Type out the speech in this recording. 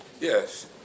Yes